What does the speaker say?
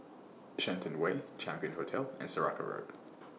Shenton Way Champion Hotel and Saraca Road